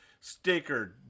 sticker